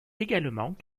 également